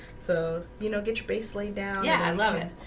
so, you know get your base laid down. yeah, i love it.